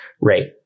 rate